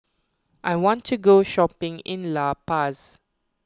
I want to go shopping in La Paz